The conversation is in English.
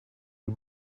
you